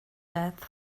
death